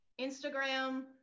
Instagram